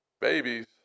babies